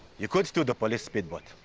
you could steal the police speedboat,